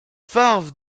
phare